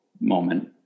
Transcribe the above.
moment